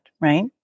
right